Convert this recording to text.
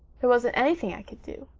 there wasn't anything i could do